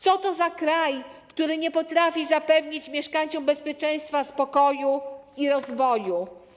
Co to za kraj, który nie potrafi zapewnić mieszkańcom bezpieczeństwa, spokoju i możliwości rozwoju?